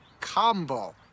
combo